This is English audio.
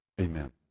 Amen